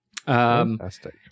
Fantastic